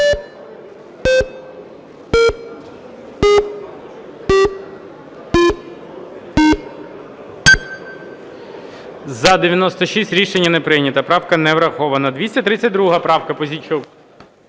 За-96 Рішення не прийнято. Правка не врахована. 232 правка. Пузійчук.